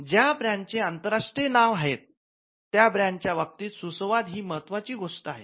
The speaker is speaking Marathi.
ज्या ब्रँड चे आंतरराष्ट्रीय नाव आहे त्या ब्रँड च्या बाबतीत सुसंवाद ही महत्वाची गोष्ट आहे